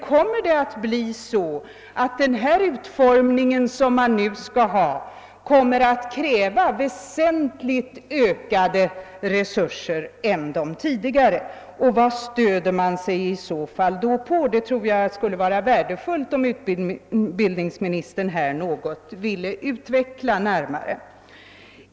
Kommer det att bli så att den utformning som man nu skall ha kräver väsentligt större resurser än tidigare? Vad stöder man sig i så fall på? Jag tror att det skulle vara värdefullt om utbildningsministern här något närmare ville utveckla detta.